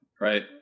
right